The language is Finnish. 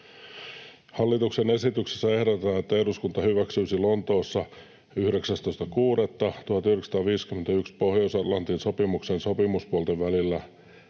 Hallituksen esityksessä ehdotetaan, että eduskunta hyväksyisi Lontoossa 19.6.1951 Pohjois-Atlantin sopimuspuolten välillä